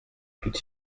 tout